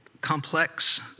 complex